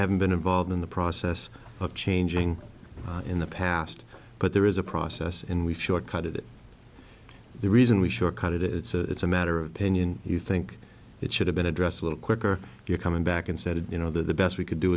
haven't been involved in the process of changing in the past but there is a process in we've short cut it the reason we short cut it it's a matter of opinion you think it should have been addressed a little quicker you're coming back and said you know the best we c